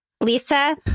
Lisa